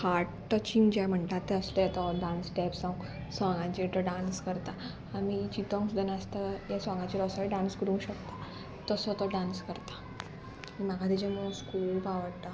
heart touching जें म्हणटा तें असले तो डांस स्टेप्स सोंगाचेर तो डांस करता आमी चितोंक सुद्दां नासता हे सोंगाचेर असोय डांस करूंक शकता तसो तो डांस करता आनी म्हाका तेजे मोवस खूब आवडटा